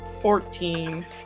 Fourteen